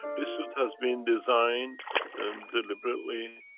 this suit has been designed and deliberately,